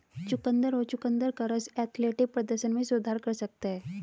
चुकंदर और चुकंदर का रस एथलेटिक प्रदर्शन में सुधार कर सकता है